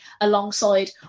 alongside